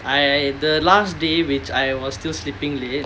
I the last day which I was still sleeping late